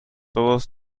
todos